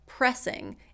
pressing